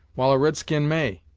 while a red-skin may.